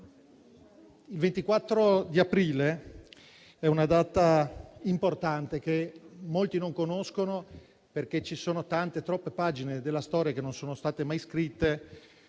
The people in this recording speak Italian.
Il 24 aprile è una data importante, che molti non conoscono, perché ci sono tante, troppe pagine della storia che non sono state mai scritte